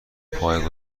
پایه